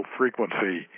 frequency